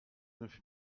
neuf